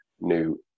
new